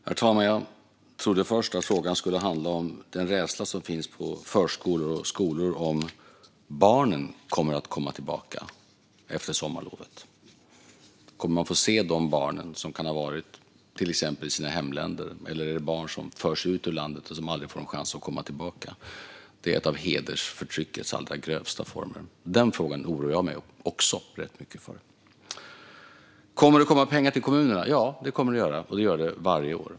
Herr talman! Jag trodde först att frågan skulle handla om den rädsla som finns på förskolor och skolor om barnen kommer att komma tillbaka efter sommarlovet. Kommer man att få se de barn som till exempel har varit i sina hemländer, eller är det barn som förs ut ur landet och aldrig får en chans att komma tillbaka? Det är en av hedersförtryckets allra grövsta former. Den frågan oroar jag mig också rätt mycket för. Kommer det att komma pengar till kommunerna? Ja, det kommer det att göra. Det gör det varje år.